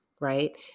right